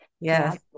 yes